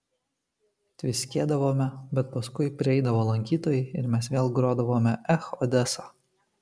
tviskėdavome bet paskui prieidavo lankytojai ir mes vėl grodavome ech odesa